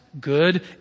good